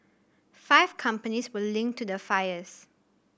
five companies were linked to the fires